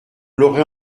l’aurait